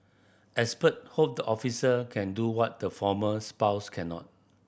expert hope the officer can do what the former spouse cannot